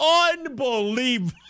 Unbelievable